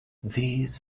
these